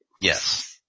Yes